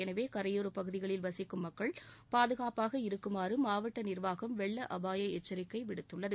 எனவேகரையோரப் பகுதிகளில் வசிக்கும் மக்கள் பாதுகாப்பாக இருக்குமாறுமாவட்டநிா்வாகம் வெள்ளஅபாயஎச்சரிக்கைவிடுத்துள்ளது